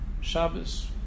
Shabbos